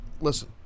listen